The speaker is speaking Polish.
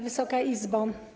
Wysoka Izbo!